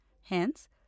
Hence